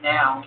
Now